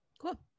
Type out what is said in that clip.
Cool